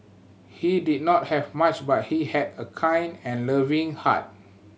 he did not have much but he had a kind and loving heart